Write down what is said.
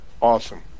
Awesome